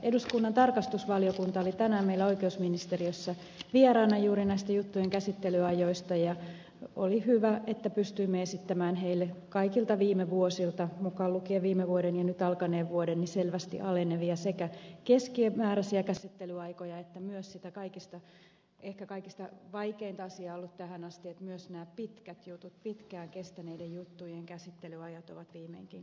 eduskunnan tarkastusvaliokunta oli tänään meillä oikeusministeriössä vieraana juuri näiden juttujen käsittelyaikojen johdosta ja oli hyvä että pystyimme esittämään heille kaikilta viime vuosilta mukaan lukien viime vuoden ja nyt alkaneen vuoden selvästi alenevia lukuja sekä keskimääräisistä käsittelyajoista että myös siitä mikä on ollut ehkä kaikista vaikein asia tähän asti että myös pitkään kestäneiden juttujen käsittelyajat ovat viimeinkin kääntyneet laskuun